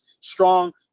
strong